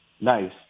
nice